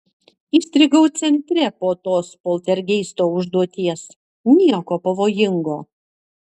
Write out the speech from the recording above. įstrigau centre po tos poltergeisto užduoties nieko pavojingo